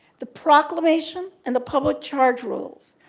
the proclamation, and the public charge rules,